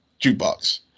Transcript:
jukebox